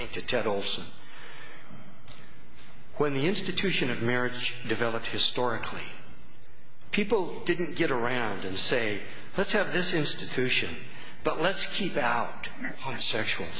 olson when the institution of marriage developed historically people didn't get around and say let's have this institution but let's keep out